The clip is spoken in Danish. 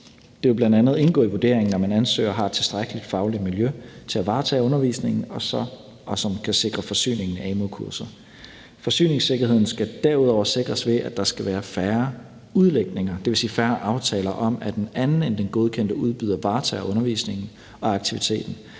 Det vil bl.a. indgå i vurderingen, om en ansøger har et tilstrækkeligt fagligt miljø til at varetage undervisningen og kan sikre forsyningen af amu-kurser. Forsyningssikkerheden skal derudover sikres, ved at der skal være færre udlægninger, dvs. færre aftaler om, at en anden end den godkendte udbyder varetager undervisningen og aktiviteten.